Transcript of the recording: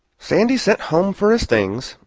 sandy sent home for his things,